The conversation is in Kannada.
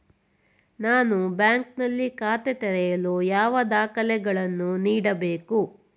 ನಾನು ಬ್ಯಾಂಕ್ ನಲ್ಲಿ ಖಾತೆ ತೆರೆಯಲು ಯಾವ ದಾಖಲೆಗಳನ್ನು ನೀಡಬೇಕು?